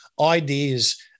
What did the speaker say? ideas